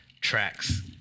tracks